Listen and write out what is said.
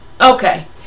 okay